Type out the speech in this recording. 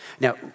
Now